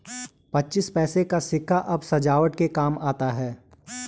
पच्चीस पैसे का सिक्का अब सजावट के काम आता है